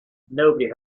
nobody